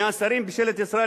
מהשרים בממשלת ישראל,